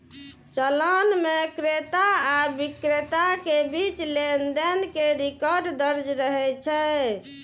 चालान मे क्रेता आ बिक्रेता के बीच लेनदेन के रिकॉर्ड दर्ज रहै छै